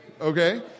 okay